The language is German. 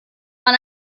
mal